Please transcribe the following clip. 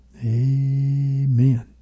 Amen